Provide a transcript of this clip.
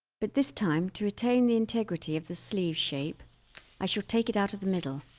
but this time to retain the integrity of the sleeve shape i shall take it out of the middle